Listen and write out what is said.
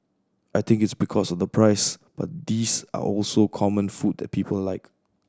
I think it's because of the price but these are also common food that people like